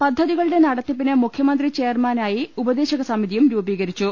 പദ്ധതികളുടെ നടത്തിപ്പിന് മുഖ്യമന്ത്രി ചെയർമാ നായി ഉപദേശക സമിതിയും രൂപീകരിച്ചു